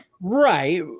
Right